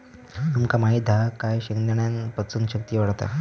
तुमका माहित हा काय शेंगदाण्यान पचन शक्ती वाढता